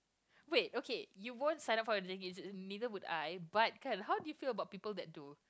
wait okay you won't send out for the neither would I but how did you feel about people that do